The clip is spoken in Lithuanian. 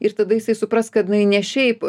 ir tada jisai supras kad jinai ne šiaip